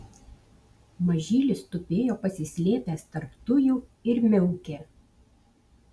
mažylis tupėjo pasislėpęs tarp tujų ir miaukė